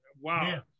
Wow